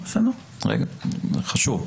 זה חשוב.